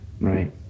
right